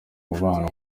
mubano